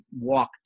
walk